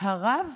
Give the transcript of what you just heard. הרב